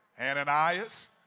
Ananias